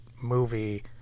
movie